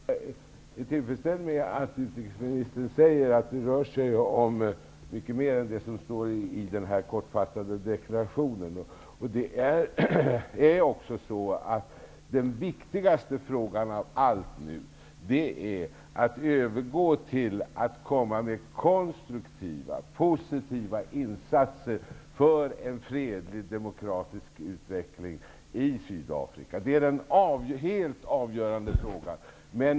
Herr talman! Jag är tillfredsställd med att utrikesministern säger att det rör sig om mycket mer än vad som står i den kortfattade deklarationen. Den viktigaste frågan av allt är nu att komma med konstruktiva och positiva insatser för en fredlig och demokratisk utveckling i Sydafrika. Det är den helt avgörande frågan.